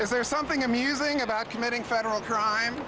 is there something amusing about committing federal crime